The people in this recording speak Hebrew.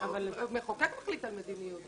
אבל מחוקק מחליט על מדיניות.